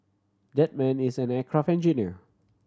that man is an aircraft engineer